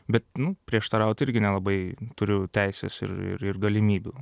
bet nu prieštaraut irgi nelabai turiu teisės ir ir ir galimybių